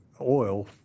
oil